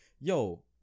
Yo